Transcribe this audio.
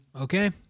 Okay